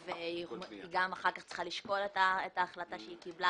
היא גם אחר כך צריכה לשקול את ההחלטה שהיא קיבלה,